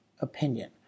opinion